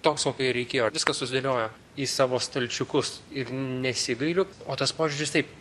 toks kokio ir reikėjo viskas susidėliojo į savo stalčiukus ir nesigailiu o tas požiūris taip